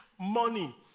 money